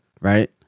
right